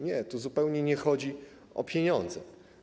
Nie, tu zupełnie nie chodzi o pieniądze.